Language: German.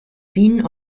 wien